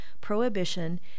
prohibition